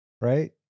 Right